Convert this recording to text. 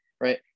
right